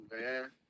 man